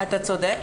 נכון, אתה צודק.